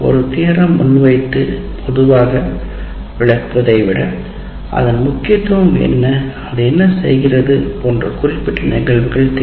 ஒரு தியரம் முன்வைத்து பொதுவாக விளக்குவதை விட முன்வைப்பதை விட அதன் முக்கியத்துவம் என்ன அது என்ன செய்கிறது போன்ற குறிப்பிட்ட நிகழ்வுகள் தேவை